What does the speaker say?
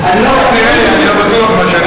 אני לא בטוח במה,